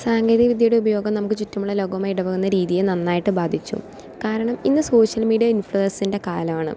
സാങ്കേതിക വിദ്യയുടെ ഉപയോഗം നമുക്ക് ചുറ്റുമുള്ള ലോകവുമായി ഇടപഴകുന്ന രീതിയെ നന്നായിട്ട് ബാധിച്ചു കാരണം ഇന്ന് സോഷ്യൽ മീഡിയ ഇൻഫ്ലുവേഴ്സിൻ്റെ കാലമാണ്